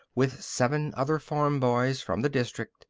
with seven other farm boys from the district,